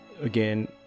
Again